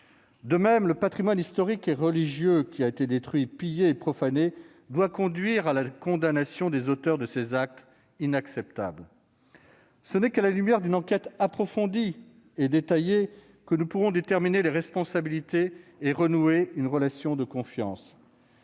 du patrimoine historique et religieux doivent conduire à la condamnation des auteurs de ces actes inacceptables. Ce n'est qu'à la lumière d'une enquête approfondie et détaillée que nous pourrons déterminer les responsabilités et renouer une relation de confiance.